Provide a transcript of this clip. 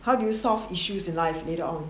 how do you solve issues in life later on